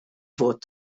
vot